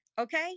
okay